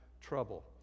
trouble